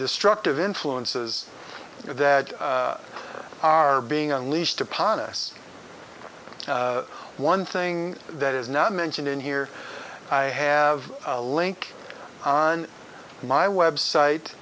destructive influences that are being unleashed upon us one thing that is not mentioned in here i have a link on my website